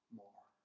more